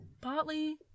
partly